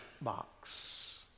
box